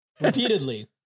Repeatedly